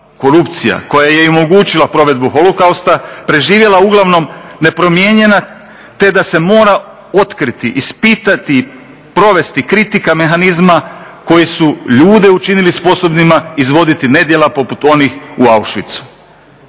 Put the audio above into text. korupcija koja je i omogućila provedbu Holokausta preživjela uglavnom nepromijenjena, te da se mora otkriti, ispitati i provesti kritika mehanizma koji su ljude učinili sposobnima izvoditi nedjela poput onih u Auschwitzu.